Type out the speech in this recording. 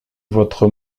votre